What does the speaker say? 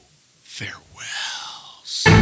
farewells